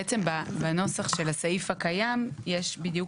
בעצם בנוסח של הסעיף הקיים יש בדיוק